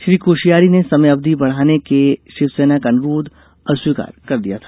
श्री कोश्यिारी ने समय अवधि बढ़ाने के शिवसेना का अनुरोध अस्वीकार कर दिया था